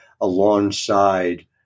alongside